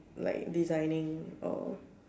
like designing or